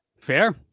fair